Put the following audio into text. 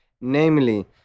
namely